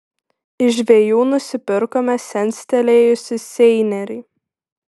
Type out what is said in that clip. iš žvejų nusipirkome senstelėjusį seinerį